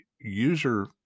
user